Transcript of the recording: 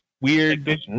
weird